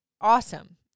awesome